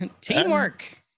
Teamwork